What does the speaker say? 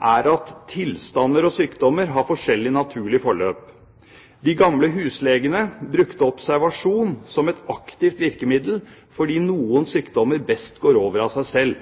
er at tilstander og sykdommer har forskjellige naturlige forløp. De gamle huslegene brukte observasjon som et aktivt virkemiddel, fordi noen sykdommer best går over av seg selv.